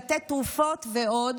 לתת תרופות ועוד,